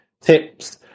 tips